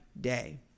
day